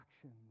actions